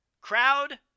Crowd